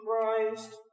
Christ